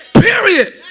Period